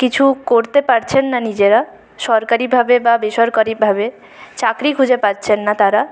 কিছু করতে পারছেন না নিজেরা সরকারিভাবে বা বেসরকারিভাবে চাকরি খুঁজে পাচ্ছেন না তাঁরা